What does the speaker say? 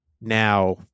Now